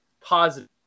positive